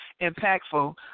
impactful